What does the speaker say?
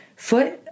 Foot